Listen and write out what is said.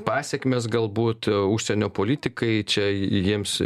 pasekmes galbūt užsienio politikai čia jiems